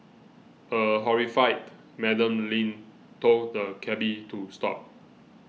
a horrified Madam Lin told the cabby to stop